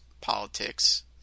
politics